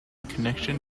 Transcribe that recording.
connection